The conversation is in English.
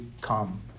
come